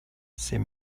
c’est